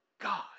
God